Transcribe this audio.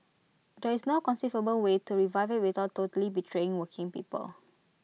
there is no conceivable way to revive IT without totally betraying working people